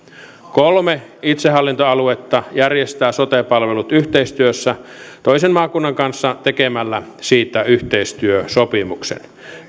kolme itsehallintoaluetta järjestää sote palvelut yhteistyössä toisen maakunnan kanssa tekemällä siitä yhteistyösopimuksen